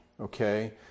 okay